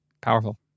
Powerful